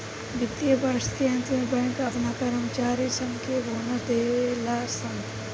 वित्तीय वर्ष के अंत में बैंक अपना कर्मचारी सन के बोनस देवे ले सन